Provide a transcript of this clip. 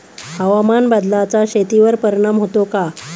हवामान बदलाचा शेतीवर परिणाम होतो का?